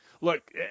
look